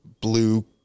blue